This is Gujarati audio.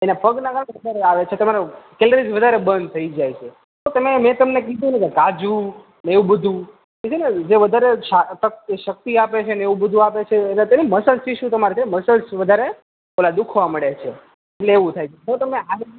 એના પગના તમારે આવે છે તમારો કેલારીસ વધારે બર્ન થઈ જાય છે તો તમે મેં તમને કીધુંને કાજુને એવું બધું એટલે જે વધારે સા શક્તિ આપે છે ને એવું બધું આપે છે એટલે મસલ્સ ટીસ્યુ તમારે છે મસલ્સ વધારે ઓલા દુખવા માંડે છે એટલે એવું થાય છે જો તમે